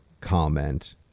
comment